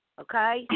okay